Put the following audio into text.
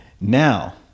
Now